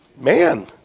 man